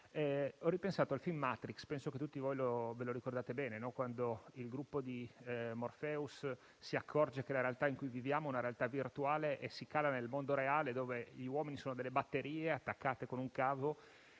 ho ripensato al film «Matrix» - penso che tutti voi lo ve lo ricordiate bene - quando il gruppo di Morpheus si accorge che la realtà in cui viviamo è virtuale e si cala nel mondo reale, dove gli uomini sono delle batterie attaccate con un cavo.